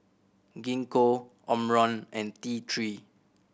Gingko Omron and T Three